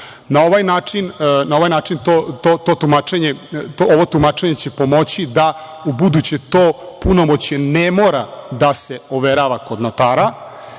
ovaj način, ovo tumačenje će pomoći da ubuduće to punomoćje ne mora da se overava kod notara,